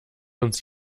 uns